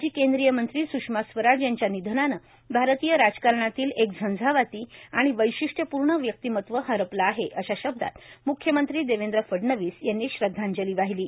माजी केंद्रीय मंत्री सुषमा स्वराज यांच्या निधनाने भारतीय राजकारणातील एक झंझावाती आणि वैशिष्ट्यपूर्ण व्यक्तिमत्व हरपले आहे अशा शब्दात मुख्यमंत्री देवेंद्र फडणवीस यांनी श्रद्धांजली वाहिली आहे